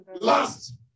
last